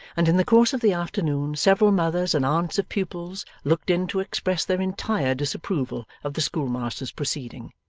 and in the course of the afternoon several mothers and aunts of pupils looked in to express their entire disapproval of the schoolmaster's proceeding.